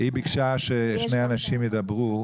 שביקשה ששני אנשים ידברו.